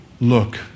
look